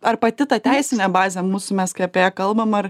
ar pati ta teisinė bazė mūsų mes kai apie ją kalbam ar